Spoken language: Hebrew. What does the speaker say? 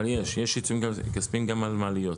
אבל יש עיצומים כספיים גם על מעליות?